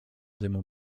dymu